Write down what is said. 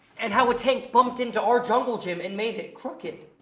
and how a tank bumped into our jungle gym and made it crooked.